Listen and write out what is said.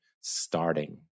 starting